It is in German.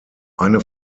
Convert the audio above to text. eine